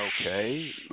okay